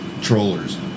trollers